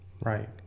Right